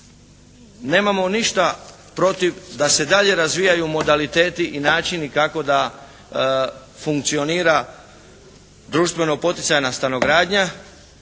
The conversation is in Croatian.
nemamo ništa protiv da se dalje razvijaju modaliteti i načini kako da funkcionira društveno-poticajna stanogradnja,